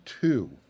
two